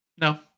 No